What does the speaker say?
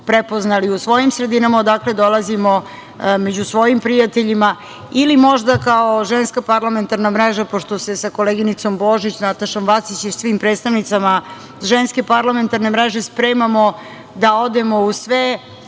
prepoznali u svojim sredinama odakle dolazimo, među svojim prijateljima ili možda kao Ženska parlamentarna mreža, pošto se sa koleginicom Božić, Natašom Vacić i svim predstavnicama Ženske parlamentarne mreže spremamo da odemo u sve